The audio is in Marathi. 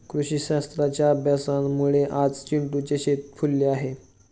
कृषीशास्त्राच्या अभ्यासामुळे आज चिंटूचे शेत फुलले आहे